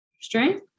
Strength